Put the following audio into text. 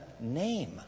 name